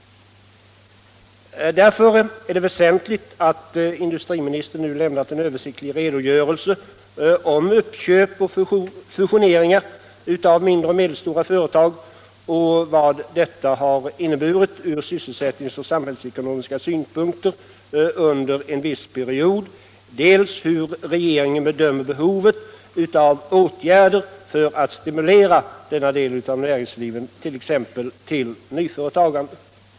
Därför är det väsentligt att industriministern nu har lämnat en översiktlig redogörelse dels för uppköp och fusioneringar av mindre och medelstora företag och vad detta har inneburit ur sysselsättningssynpunkter och samhällsekonomiska synpunkter under en viss period, dels för hur regeringen bedömer behovet av åtgärder för att stimulera denna del av näringslivet, t.ex. till nyföretagande.